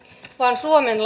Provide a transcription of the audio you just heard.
vaan suomen